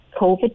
COVID